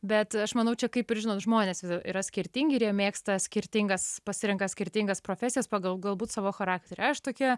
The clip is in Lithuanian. bet aš manau čia kaip ir žinot žmonės yra skirtingi ir jie mėgsta skirtingas pasirenka skirtingas profesijas pagal galbūt savo charakterį aš tokia